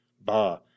Bah